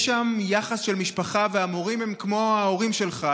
יש שם יחס של משפחה, והמורים הם כמו ההורים שלך.